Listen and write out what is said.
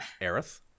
Aerith